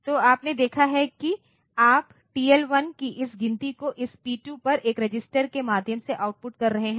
तो आपने देखा है कि आप टीएल 1 की इस गिनती को इस P 2 पर एक रजिस्टर के माध्यम से आउटपुट कर रहे हैं